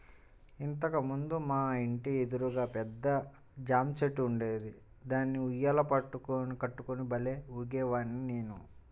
ఇంతకు ముందు మా ఇంటి ఎదురుగా పెద్ద జాంచెట్టు ఉండేది, దానికి ఉయ్యాల కట్టుకుని భల్లేగా ఊగేవాడ్ని నేను